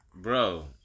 Bro